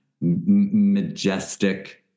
majestic